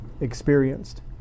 experienced